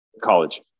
College